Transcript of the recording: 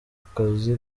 kazi